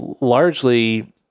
largely